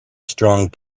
strong